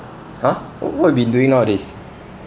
!huh! what what you've been doing nowadays